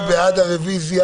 מי בעד הרוויזיה,